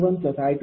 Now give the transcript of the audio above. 0192220